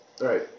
Right